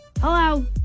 hello